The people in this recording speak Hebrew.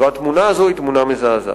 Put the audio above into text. והתמונה הזאת היא תמונה מזעזעת.